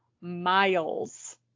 miles